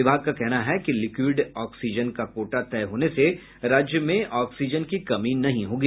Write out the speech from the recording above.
विभाग का कहना है कि लिक्विड ऑक्सीजन का कोटा तय होने से राज्य में ऑक्सीजन की कमी नहीं होगी